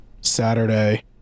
Saturday